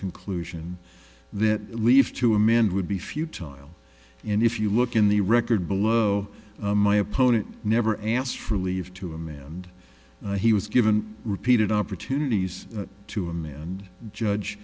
conclusion that leave to amend would be futile and if you look in the record below my opponent never asked for leave to a man and he was given repeated opportunities to him and judge